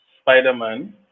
Spider-Man